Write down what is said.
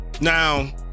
Now